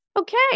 okay